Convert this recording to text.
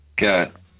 Got